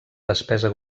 despesa